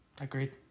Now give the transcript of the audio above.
Agreed